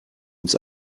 ins